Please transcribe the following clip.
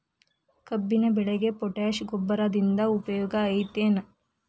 ಕಬ್ಬಿನ ಬೆಳೆಗೆ ಪೋಟ್ಯಾಶ ಗೊಬ್ಬರದಿಂದ ಉಪಯೋಗ ಐತಿ ಏನ್?